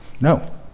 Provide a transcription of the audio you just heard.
No